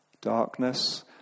darkness